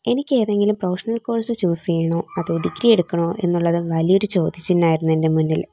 എനിക്ക് ഏതെങ്കിലും professional course choose ചെയ്യണോ അതോ ഡിഗ്രി എടുക്കണോ എന്നുള്ളത് വലിയൊരു ചോദ്യ ചിഹ്നമായിരുന്നു എൻ്റെ മുന്നിൽ